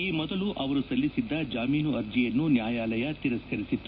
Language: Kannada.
ಈ ಮೊದಲು ಅವರು ಸಲ್ಲಿಸಿದ್ದ ಜಾಮೀನು ಅರ್ಜಿಯನ್ನು ನ್ಯಾಯಾಲಯ ತಿರಸ್ನರಿಸಿತ್ತು